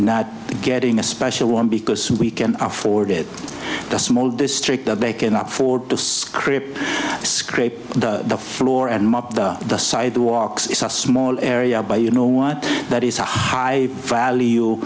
munity getting a special one because we can afford it the small district that they can afford to script scrape the floor and mop the sidewalks it's a small area by you know what that is a high value